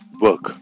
work